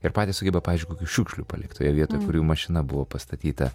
ir patys sugeba pavyzdžiui kokių šiukšlių palikt toje vietoje kur jų mašina buvo pastatyta